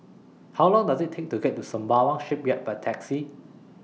How Long Does IT Take to get to Sembawang Shipyard By Taxi